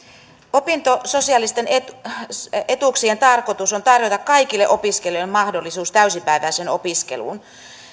opintososiaalisten etuuksien tarkoitus on tarjota kaikille opiskelijoille mahdollisuus täysipäiväiseen opiskeluun